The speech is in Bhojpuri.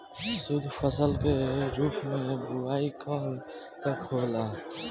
शुद्धफसल के रूप में बुआई कब तक होला?